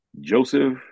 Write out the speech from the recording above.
Joseph